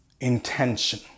intention